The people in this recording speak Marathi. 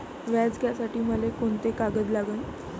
व्याज घ्यासाठी मले कोंते कागद लागन?